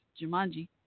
Jumanji